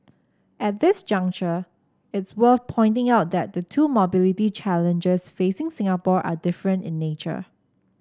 at this juncture it's worth pointing out that the two mobility challenges facing Singapore are different in nature